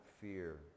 fear